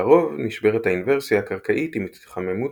לרוב נשברת האינוורסיה הקרקעית עם התחממות